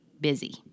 busy